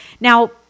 Now